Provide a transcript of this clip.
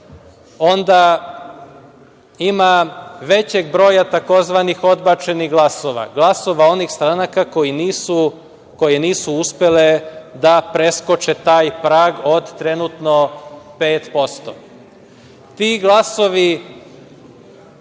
onda ima većeg broja tzv. odbačenih glasova, glasova onih stranaka koje nisu uspele da preskoče taj prag od trenutno 5%. Ti glasovi